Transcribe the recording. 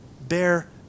Bear